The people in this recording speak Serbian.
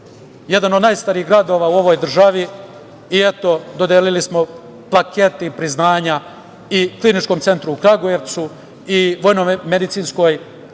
jedna od najstarijih gradova u ovoj državi. Eto, dodelili smo plakete i priznanja i Kliničkom centru u Kragujevcu i Vojnomedicinskoj